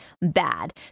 bad